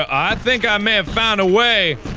i think i may have found a way?